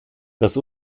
das